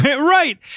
Right